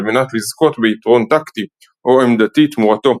על מנת לזכות ביתרון טקטי או עמדתי תמורתו.